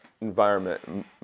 environment